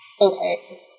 Okay